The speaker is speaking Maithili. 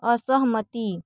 असहमति